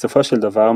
בסופו של דבר,